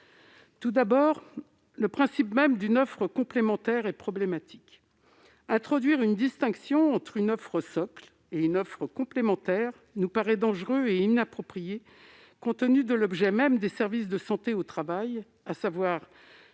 Tout d'abord, le principe même d'une offre complémentaire est problématique. Introduire une distinction entre une offre socle et une offre complémentaire nous paraît dangereux et inapproprié, compte tenu de l'objet même des services de santé au travail : éviter